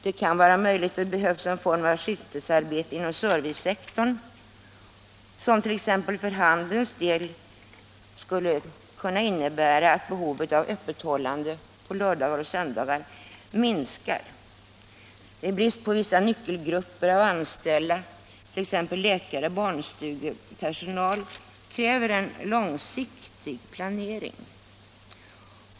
Det är möjligt att det behövs en form av skiftarbete inom servicesektorn, något som för handelns del skulle kunna innebära att behovet av öppethållande på lördagar och söndagar minskar. Bristen på vissa nyckelgrupper av anställda, t.ex. läkare och barnstugepersonal, kräver en långsiktig planering.